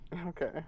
Okay